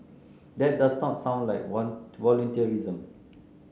that does not sound like one to volunteerism